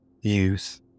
Youth